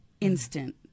instant